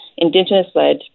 Indigenous-led